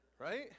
Right